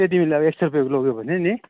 त्यही तिमीले अब एक सय रुप्पेको लग्यो भने नि